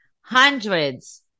hundreds